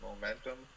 momentum